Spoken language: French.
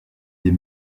des